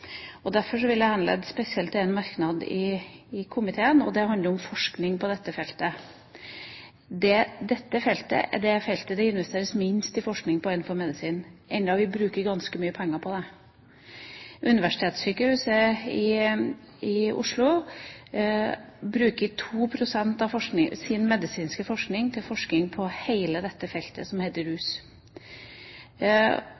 få. Derfor vil jeg henlede oppmerksomheten spesielt på den merknaden fra komiteen som handler om forskning på dette feltet. Dette er det feltet innenfor medisin hvor det investeres minst når det gjelder forskning, enda vi bruker ganske mye penger på det. Oslo Universitetssykehus bruker 2 pst. av sin medisinske forskning på hele dette feltet som heter